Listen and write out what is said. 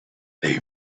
they